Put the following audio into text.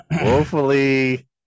woefully